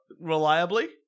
reliably